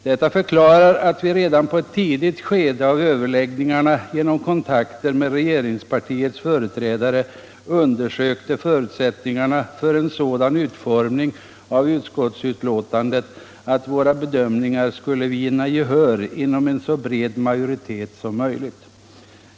Detta förklarar att vi redan i ett tidigt skede av överläggningarna genom kontakter med regeringspartiets företrädare undersökte förutsättningarna för en sådan utformning av utskottsbetänkandet att våra bedömningar skulle vinna gehör inom en så bred majoritet som möjligt.